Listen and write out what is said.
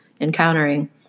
encountering